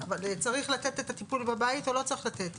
כן, אבל צריך לתת את הטיפול בבית או לא צריך לתת?